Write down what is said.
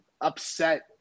upset